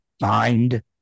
mind